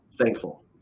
thankful